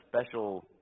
special